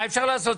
מה אפשר לעשות?